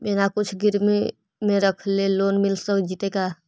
बिना कुछ गिरवी मे रखले लोन मिल जैतै का?